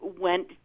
went